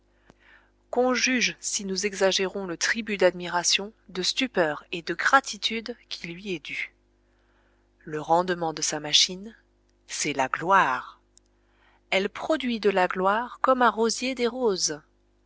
qu'on juge si nous exagérons le tribut d'admiration de stupeur et de gratitude qui lui est dû le rendement de sa machine c'est la gloire elle produit de la gloire comme un rosier des roses